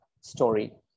story